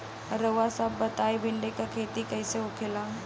रउआ सभ बताई भिंडी क खेती कईसे होखेला?